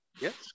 Yes